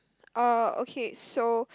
oh okay so